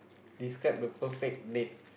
describe the perfect date